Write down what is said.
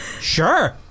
Sure